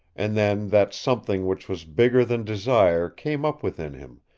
and then that something which was bigger than desire came up within him,